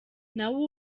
nawe